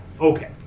Okay